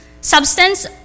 substance